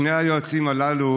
שני היועצים הללו